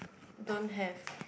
don't have